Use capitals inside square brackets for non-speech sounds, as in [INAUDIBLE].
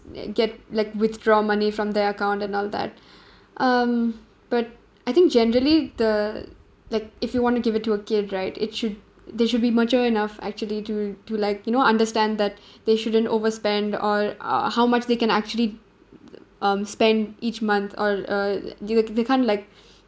get like withdraw money from their account and all that [BREATH] um but I think generally the like if you want to give it to a kid right it should they should be mature enough actually to to like you know understand that [BREATH] they shouldn't overspend all uh how much they can actually um spend each month all uh they do~ they can't like [NOISE]